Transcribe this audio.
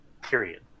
Period